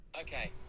Okay